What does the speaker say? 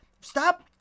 Stop